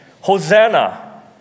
Hosanna